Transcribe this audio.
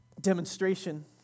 demonstration